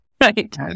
Right